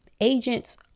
Agents